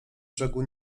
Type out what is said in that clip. brzegu